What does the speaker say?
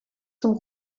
zum